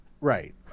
Right